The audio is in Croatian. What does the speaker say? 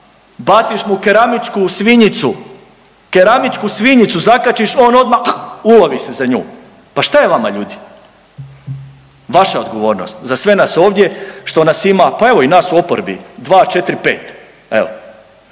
baciš mu keramičku svinjicu, keramičku svinjicu zakačiš on odma ulovi se za nju. Pa šta je vama ljudi? Vaša odgovornost za sve nas ovdje što nas ima, pa evo i nas u oporbi 2, 4, 5 evo.